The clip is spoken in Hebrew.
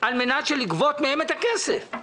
על מנת לגבות מהם את הכסף.